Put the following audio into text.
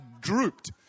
drooped